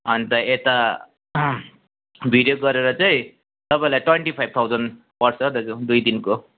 अन्त यता भिडियो गरेर चाहिँ तपाईँलाई ट्वेन्टी फाइभ थाउजन पर्छ दाजु दुई दिनको